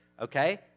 okay